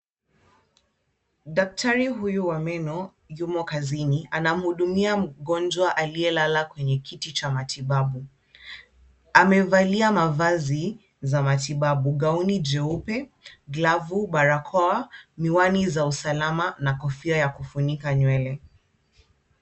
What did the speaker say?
Daktari huyu wa meno yumo kazini. Anamhudumia mgonjwa aliyelala kwenye kiti cha matibabu. Amevalia mavazi za matibabu, gauni jeupe, glavu, barakoa, miwani za usalama na kofia ya kufunika nywele.